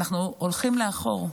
אנחנו הולכים לאחור.